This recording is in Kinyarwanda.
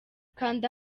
kanda